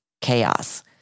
chaos